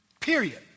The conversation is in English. period